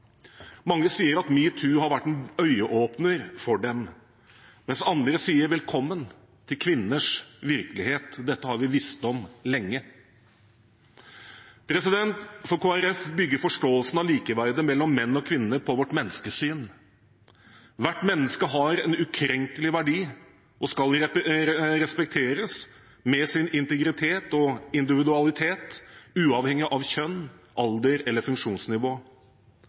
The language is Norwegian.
Mange sier at metoo har vært en øyeåpner for dem, mens andre sier: Velkommen til kvinners virkelighet, dette har vi visst om lenge. For Kristelig Folkeparti bygger forståelsen av likeverdet mellom menn og kvinner på vårt menneskesyn. Hvert menneske har en ukrenkelig verdi og skal respekteres med sin integritet og individualitet, uavhengig av kjønn, alder eller funksjonsnivå.